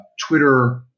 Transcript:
Twitter